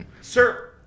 Sir